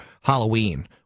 Halloween